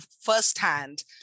firsthand